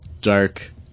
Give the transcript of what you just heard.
dark